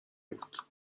بود